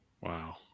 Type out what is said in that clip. Wow